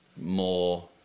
more